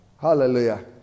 Hallelujah